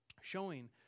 showing